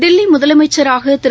தில்லி முதலமைச்சராக திரு